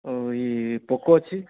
Poco ଅଛି